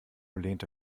lehnte